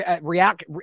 react